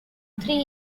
three